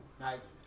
Nice